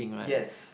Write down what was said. yes